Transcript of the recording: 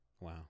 Wow